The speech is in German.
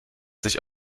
sich